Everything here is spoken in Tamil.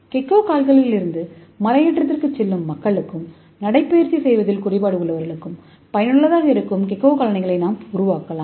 கெக்கோ கால்களிலிருந்து மலையேற்றத்திற்குச் செல்லும் மக்களுக்கும் நடைபயிற்சி செய்வதில் குறைபாடு உள்ளவர்களுக்கும் பயனுள்ளதாக இருக்கும் கெக்கோ காலணிகளை நாம் உருவாக்கலாம்